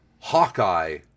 Hawkeye